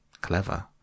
Clever